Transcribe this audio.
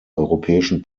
europäischen